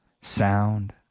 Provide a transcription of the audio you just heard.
sound